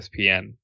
ESPN